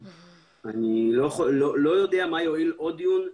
אני לא יודע מה יועיל עוד יום.